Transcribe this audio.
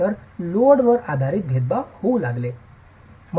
तर लोडवर आधारित भेदभाव होऊ लागले